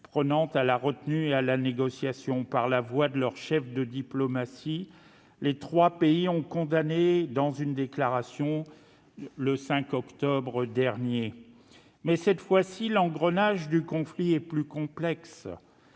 prenantes à la retenue et à la négociation. Par la voix de leurs chefs de diplomatie, les trois pays ont condamné l'offensive, dans une déclaration en date du 5 octobre dernier. Mais, cette fois, l'engrenage du conflit est plus complexe,